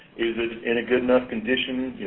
is it in a good enough condition?